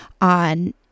on